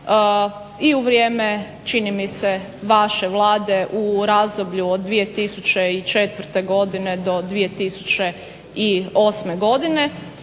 i u vrijeme čini mi se vaše Vlade u razdoblju od 2004. godine do 2008. godine.